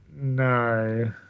No